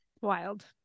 wild